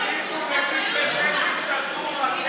למנוע את ההידבקות